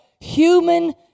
human